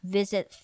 Visit